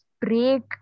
break